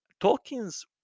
Tolkien's